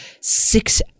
six